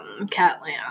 Catland